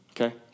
okay